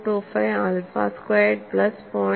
025 alpha squared plus 0